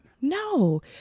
No